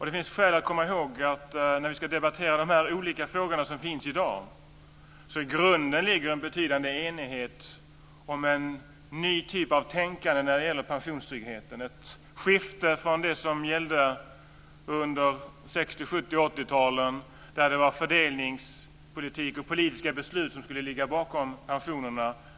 Det finns skäl att komma ihåg när vi ska debattera de olika frågor som finns i dag att det i grunden ligger en betydande enighet om en ny typ av tänkande när det gäller pensionstryggheten. Det är ett skifte från det som gällde under 60-, 70 och 80-talet där det var fördelningspolitik och politiska beslut som skulle ligga bakom pensionerna.